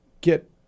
get